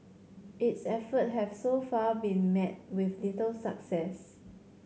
its effort have so far been met with little success